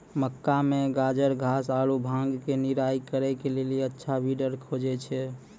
मक्का मे गाजरघास आरु भांग के निराई करे के लेली अच्छा वीडर खोजे छैय?